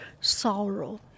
sorrow